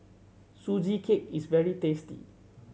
Sugee Cake is very tasty